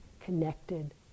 connected